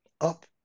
up